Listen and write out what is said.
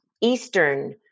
Eastern